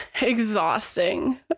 exhausting